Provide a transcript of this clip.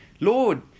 Lord